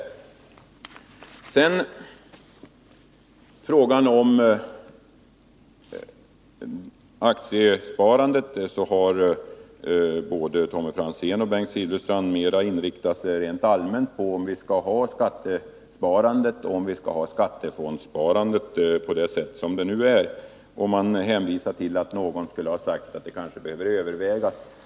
När det gäller frågan om aktiesparandet har både Tommy Franzén och Bengt Silfverstrand mera inriktat sig rent allmänt på om vi skall ha ett skattesparande och skattefondsparande på det sätt som nu gäller. Man hänvisar till att någon skulle ha sagt att det kanske bör övervägas.